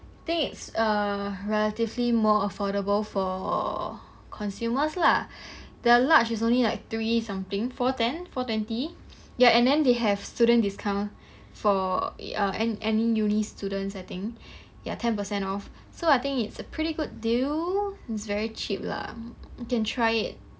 I think it's err relatively more affordable for consumers lah their large is only like three something four ten four twenty ya and then they have student discount for ya any any uni students I think ya ten percent off so I think it's a pretty good deal it's very cheap lah you can try it